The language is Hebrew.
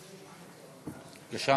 בבקשה.